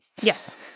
Yes